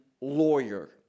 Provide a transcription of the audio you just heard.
lawyer